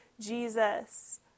Jesus